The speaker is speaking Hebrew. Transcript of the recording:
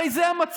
הרי זה המצב.